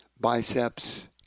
biceps